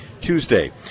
tuesday